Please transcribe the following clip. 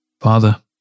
Father